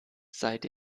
seid